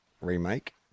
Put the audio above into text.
remake